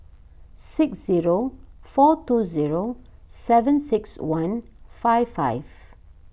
six zero four two zero seven six one five five